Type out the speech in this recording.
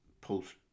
post